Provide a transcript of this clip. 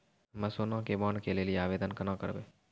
हम्मे सोना के बॉन्ड के लेली आवेदन केना करबै?